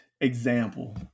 example